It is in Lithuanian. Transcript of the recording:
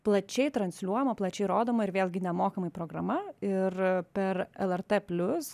plačiai transliuojama plačiai rodoma ir vėlgi nemokamai programa ir per lrt plius